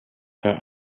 her